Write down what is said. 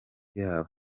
yabo